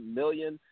million